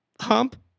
Hump